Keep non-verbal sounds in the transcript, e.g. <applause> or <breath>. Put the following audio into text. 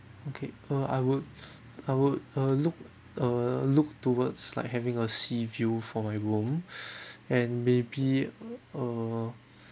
okay uh I would I would uh look err look towards like having a sea view for my room <breath> and maybe err